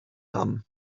tam